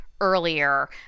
earlier